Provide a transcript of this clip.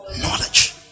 knowledge